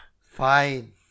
Fine